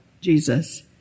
Jesus